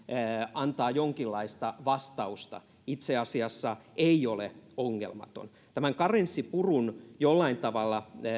antaa jonkinlaista vastausta ei itse asiassa ole ongelmaton tämän karenssipurun jollain tavalla